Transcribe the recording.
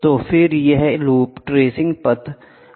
तो फिर यह लूप ट्रेसिंग पथ बदल सकता है